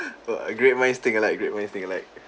oh uh great minds think alike great minds think alike